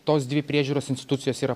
tos dvi priežiūros institucijos yra